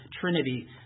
Trinity